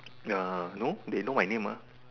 ya no they know my name mah